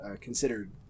considered